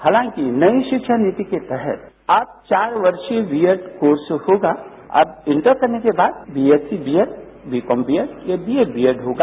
हालांकि नई शिक्षा नीति के तहत आप चार वर्षीय बीएड कोर्स होगा और इंटर करने के बाद बीएससी बीएड बीकॉम बीएड या बीए बीएड होगा